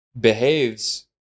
behaves